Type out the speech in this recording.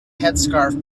headscarf